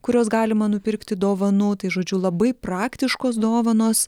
kuriuos galima nupirkti dovanų tai žodžiu labai praktiškos dovanos